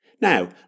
Now